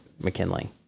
McKinley